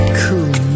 cool